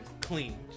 clean